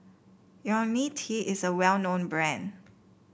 IoniL T is a well known brand